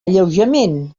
alleujament